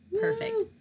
perfect